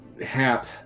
Hap